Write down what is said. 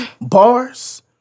bars